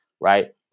right